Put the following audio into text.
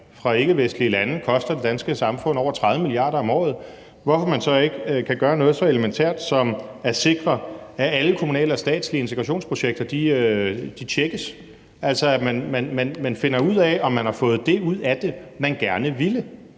fra ikkevestlige lande koster det danske samfund over 30 mia. kr. om året, hvorfor man så ikke kan gøre noget så elementært som at sikre, at alle kommunale og statslige integrationsprojekter tjekkes, altså at man finder ud af, om man har fået det ud af det, som man gerne ville.